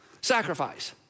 sacrifice